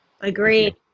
Agreed